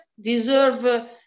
deserve